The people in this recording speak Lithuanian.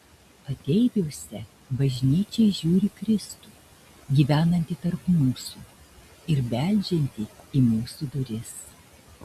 ateiviuose bažnyčia įžiūri kristų gyvenantį tarp mūsų ir beldžiantį į mūsų duris